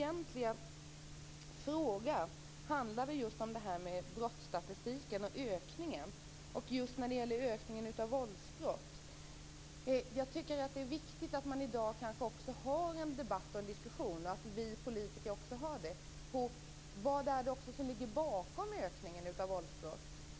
Min fråga handlar om brottsstatistiken och den redovisade ökningen av våldsbrott. Det är viktigt att vi politiker i dag för en debatt också om vad som ligger bakom ökningen av antalet våldsbrott.